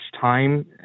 time